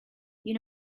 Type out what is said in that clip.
you